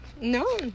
No